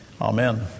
Amen